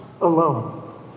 alone